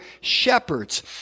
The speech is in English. shepherds